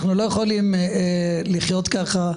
אנחנו לא יכולים לחיות ככה.